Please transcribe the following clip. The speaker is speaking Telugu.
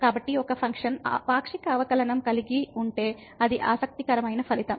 కాబట్టి ఒక ఫంక్షన్ పాక్షిక అవకలనంకలిగి ఉంటే అది ఆసక్తికరమైన ఫలితం